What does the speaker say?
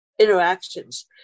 interactions